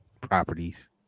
properties